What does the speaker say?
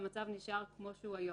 והמצב נשאר כמו שהוא היום.